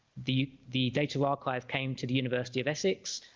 the the data archive came to the university of essex